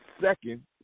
second